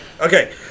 Okay